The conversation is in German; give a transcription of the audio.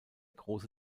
große